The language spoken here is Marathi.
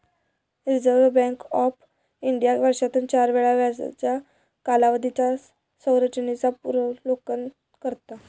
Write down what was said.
रिझर्व्ह बँक ऑफ इंडिया वर्षातून चार वेळा व्याजदरांच्या कालावधीच्या संरचेनेचा पुनर्विलोकन करता